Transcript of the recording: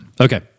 okay